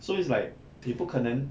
so it's like 你不可能